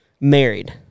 married